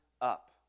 up